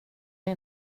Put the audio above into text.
det